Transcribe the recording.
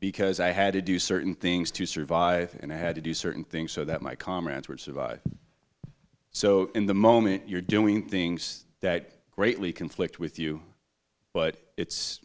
because i had to do certain things to survive and i had to do certain things so that my comrades would survive so in the moment you're doing things that greatly conflict with you but it's